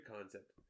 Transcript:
concept